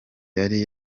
yari